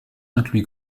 lui